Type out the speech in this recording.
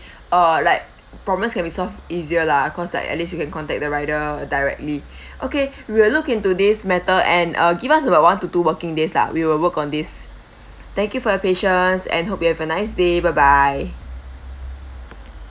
I will definitely feedback this to the management and of course uh with these suggestions maybe uh like problems can be solved easier lah cause like at least you can contact the rider directly okay we'll look into this matter and uh give us about one to two working days lah we will work on this thank you for your patience and hope you have a nice day bye bye